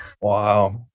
Wow